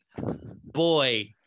Boy